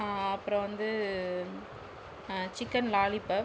அப்பறோம் வந்து chicken lollipop